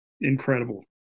Incredible